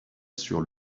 sur